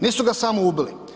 Nisu ga samo ubili.